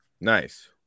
Nice